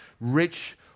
rich